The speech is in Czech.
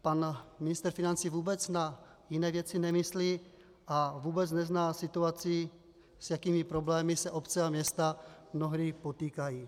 Pan ministr financí vůbec na jiné věci nemyslí a vůbec nezná situaci, s jakými problémy se obce a města mnohdy potýkají.